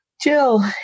Jill